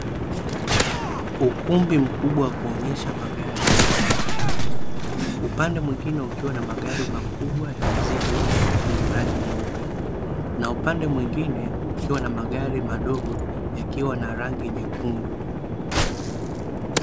Ukumbi mkubwa wa kuonyesha magari mapya, upande mwingine ukiwa na magari makubwa ya mizigo yenye rangi nyeupe na upande mwingine ukiwa na magari madogo yakiwa na rangi nyekundu.